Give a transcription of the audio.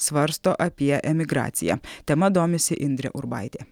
svarsto apie emigraciją tema domisi indrė urbaitė